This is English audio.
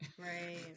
Right